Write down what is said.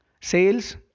Sales